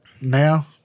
now